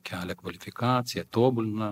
kelia kvalifikaciją tobulina